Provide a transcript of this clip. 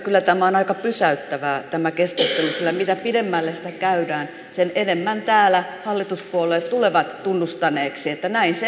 kyllä tämä keskustelu on aika pysäyttävää sillä mitä pitemmälle sitä käydään sen enemmän täällä hallituspuolueet tulevat tunnustaneeksi että näin se on